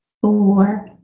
four